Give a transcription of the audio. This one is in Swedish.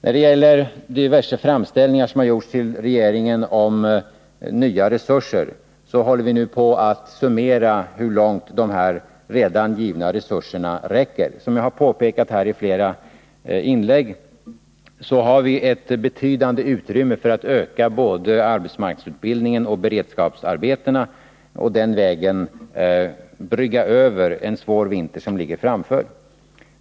När det gäller diverse framställningar som har gjorts till regeringen om nya resurser vill jag tala om att vi nu håller på att summera hur långt de redan givna resurserna räcker. Som jag påpekat här i flera inlägg har vi ett betydande utrymme för att öka både arbetsmarknadsutbildningen och beredskapsarbetena och den vägen brygga över en svår vinter, som ligger framför oss.